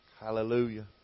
Hallelujah